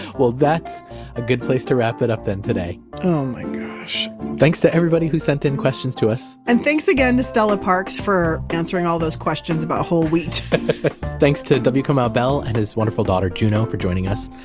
well, that's a good place to wrap it up then today oh my gosh thanks to everybody who sent in questions to us samin and thanks to stella parks for answering all those questions about whole wheat thanks to w kamau bell and his wonderful daughter juno for joining us.